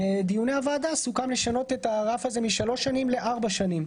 בדיוני הוועדה סוכם לשנות את הרף הזה משלוש שנים לארבע שנים.